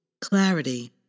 Clarity